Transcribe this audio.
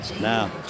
Now